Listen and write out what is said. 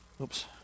Oops